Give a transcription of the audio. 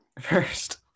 first